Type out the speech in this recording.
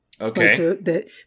Okay